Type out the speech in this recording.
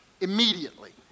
immediately